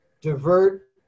Divert